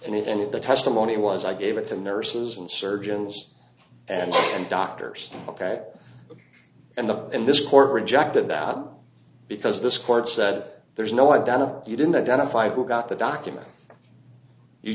the testimony was i gave it to nurses and surgeons and doctors ok and the and this court rejected that because this court said there's no identify you didn't identify who got the document you